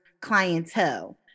clientele